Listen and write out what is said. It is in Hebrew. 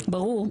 ברור.